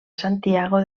santiago